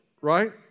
right